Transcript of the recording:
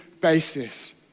basis